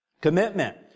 Commitment